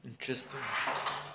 interesting